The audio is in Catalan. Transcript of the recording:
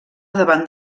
davant